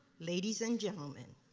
ladies and gentlemen,